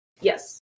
Yes